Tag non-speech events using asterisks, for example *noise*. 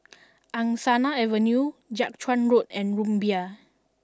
*noise* Angsana Avenue Jiak Chuan Road and Rumbia